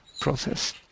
process